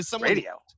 Radio